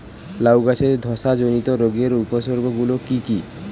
লাউ গাছের ধসা জনিত রোগের উপসর্গ গুলো কি কি?